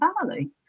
family